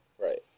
Right